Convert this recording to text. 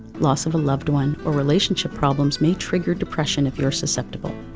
loss of a loved one, or relationship problems may trigger depression if you're susceptible.